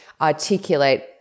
articulate